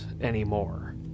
anymore